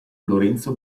lorenzo